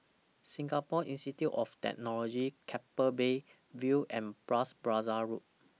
Singapore Institute of Technology Keppel Bay View and Bras Basah Road